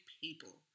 people